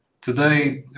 Today